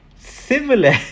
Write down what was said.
Similar